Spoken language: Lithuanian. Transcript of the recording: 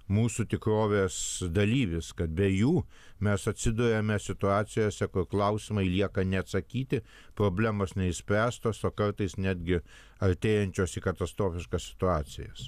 mūsų tikrovės dalyvis kad be jų mes atsiduriame situacijose kur klausimai lieka neatsakyti problemos neišspręstos o kartais netgi artėjančios į katastrofiškas situacijas